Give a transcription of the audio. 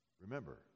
Remember